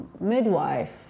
midwife